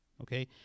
Okay